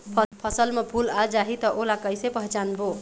फसल म फूल आ जाही त ओला कइसे पहचानबो?